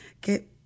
que